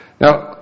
Now